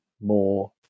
more